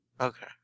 Okay